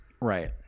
Right